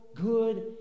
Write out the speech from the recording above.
good